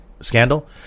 scandal